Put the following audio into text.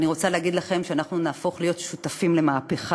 אני רוצה להגיד לכם שאנחנו נהפוך להיות שותפים למהפכה.